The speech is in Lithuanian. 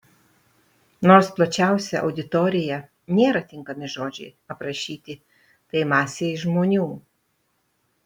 nors plačiausia auditorija nėra tinkami žodžiai aprašyti tai masei žmonių